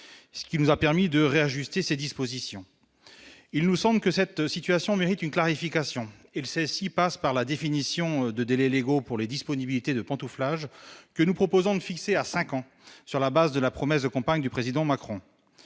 ce qui nous a permis de réajuster ses dispositions, il nous semble que cette situation mérite une clarification et le sait, s'il passe par la définition de délais légaux pour les disponibilités de pantouflage que nous proposons de fixer à 5 ans sur la base de la promesse de campagne du président Macron